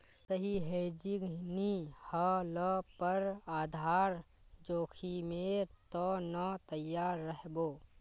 सही हेजिंग नी ह ल पर आधार जोखीमेर त न तैयार रह बो